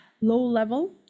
low-level